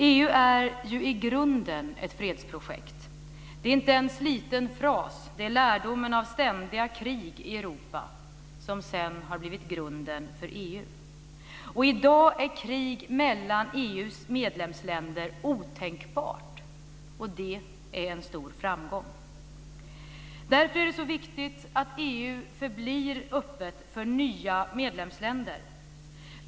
EU är ju i grunden ett fredsprojekt. Det är inte en sliten fras; det är lärdomen av ständiga krig i Europa som sedan har blivit grunden för EU. I dag är krig mellan EU:s medlemsländer otänkbart. Det är en stor framgång. Därför är det så viktigt att EU förblir öppet för nya medlemsländer.